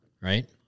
right